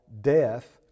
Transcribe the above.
death